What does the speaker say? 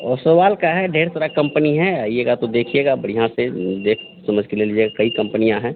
ओसवाल का है ढेर सारा कम्पनी है आइएगा तो देखिएगा बढ़िया से देख समझ कर ले लीजिएगा कई कम्पनियाँ हैं